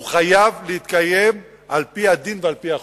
הוא חייב להתקיים על-פי הדין ועל-פי החוק.